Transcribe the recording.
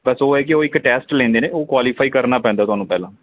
ਬਸ ਉਹ ਹੈ ਕਿ ਉਹ ਇੱਕ ਟੈਸਟ ਲੈਂਦੇ ਨੇ ਉਹ ਕੁਆਲੀਫਾਈ ਕਰਨਾ ਪੈਂਦਾ ਤੁਹਾਨੂੰ ਪਹਿਲਾਂ